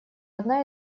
одна